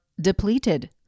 depleted